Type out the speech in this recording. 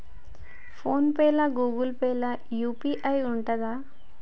Phone pay లా Google Pay లా UPI ఉంటదా?